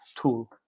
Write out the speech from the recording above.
tool